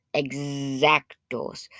exactos